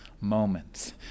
moments